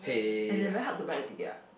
as in very hard to buy the ticket ah